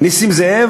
נסים זאב,